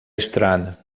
estrada